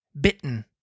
bitten